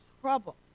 trouble